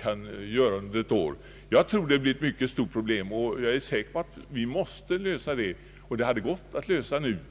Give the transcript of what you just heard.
kan göra sig skyldiga till under ett år? Jag tror att det blir ett mycket stort problem. Jag är säker på att vi måste lösa det, och det hade gått att lösa det nu.